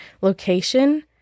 location